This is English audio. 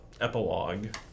epilogue